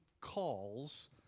calls